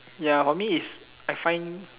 ya for me is I find